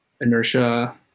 Inertia